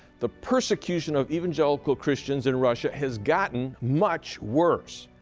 the persecution of evangelical christians in russia has gotten much worse.